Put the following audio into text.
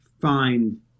find